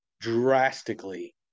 drastically